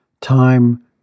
time